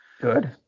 Good